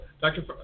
Dr